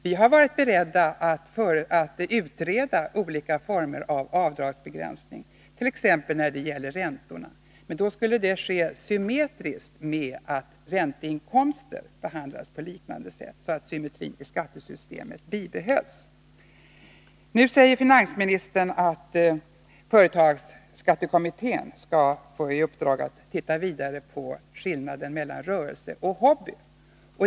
Vi har varit beredda att utreda olika former av avdragsbegränsning, t.ex. när det gäller räntorna, men då måste även ränteinkomsterna behandlas på liknande sätt, så att symmetrin i skattesystemet bibehålls. Nu säger finansministern att företagsskattekommittén skall få i uppdrag att titta vidare på skillnaden mellan rörelse och hobby.